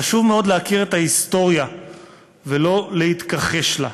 חשוב מאוד להכיר את ההיסטוריה ולא להתכחש לה.